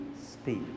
speak